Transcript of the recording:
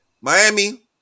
Miami